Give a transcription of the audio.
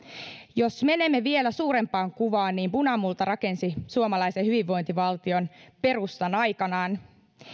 jos menemme vielä suurempaan kuvaan niin punamulta rakensi suomalaisen hyvinvointivaltion perustan aikanaan